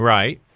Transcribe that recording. Right